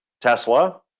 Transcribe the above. Tesla